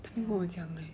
他没有跟我讲 leh